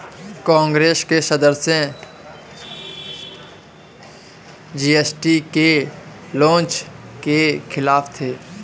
कांग्रेस के सदस्य जी.एस.टी के लॉन्च के खिलाफ थे